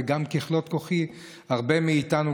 וגם "ככלות כחי" הרבה מאיתנו,